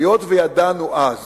היות שידענו אז